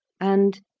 and,